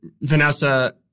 Vanessa